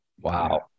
wow